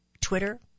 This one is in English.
Twitter